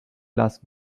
las